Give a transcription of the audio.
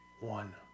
one